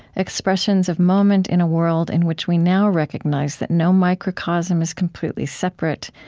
expressions of moment in a world in which we now recognize that no microcosm is completely separate,